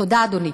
תודה, אדוני.